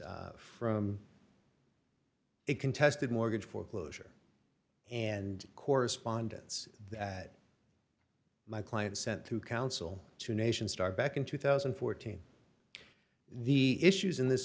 arises from a contested mortgage foreclosure and correspondence that my client sent to counsel to nation start back in two thousand and fourteen the issues in this